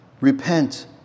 Repent